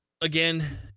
Again